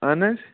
اَہن حظ